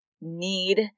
need